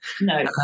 No